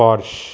Porsche